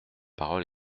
parole